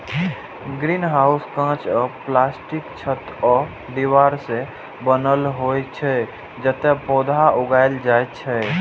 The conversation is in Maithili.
ग्रीनहाउस कांच या प्लास्टिकक छत आ दीवार सं बनल होइ छै, जतय पौधा उगायल जाइ छै